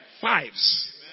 Fives